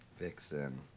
Vixen